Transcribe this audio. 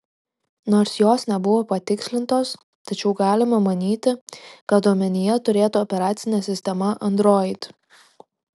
nors jos nebuvo patikslintos tačiau galima manyti kad omenyje turėta operacinė sistema android